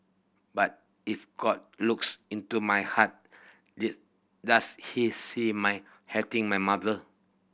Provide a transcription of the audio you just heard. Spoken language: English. but if God looks into my heart does he see my hating my mother